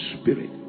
Spirit